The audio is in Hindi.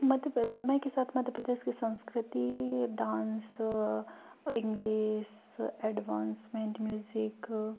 मध्य प्रदेश समय के साथ मध्य प्रदेश की संस्कृति डांस इंग्लिस एडवांसमेंट म्यूज़िक